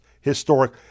historic